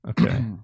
Okay